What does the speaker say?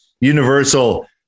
Universal